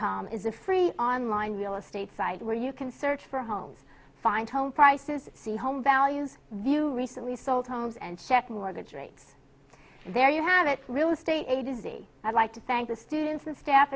com is a free online real estate site where you can search for homes find home prices see home values view recently sold homes and set mortgage rates there you have it real estate agency i'd like to thank the students and staff